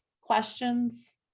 questions